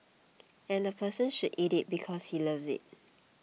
and the person should eat it because he loves it